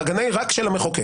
ההגנה היא רק של המחוקק.